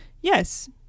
Yes